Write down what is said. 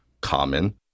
common